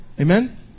Amen